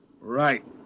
Right